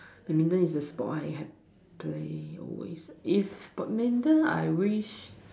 badminton is a sport I have play always if badminton I wish